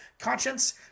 CONSCIENCE